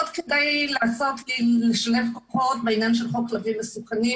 מאוד כדאי לשלב כוחות בעניין של חוק כלבים מסוכנים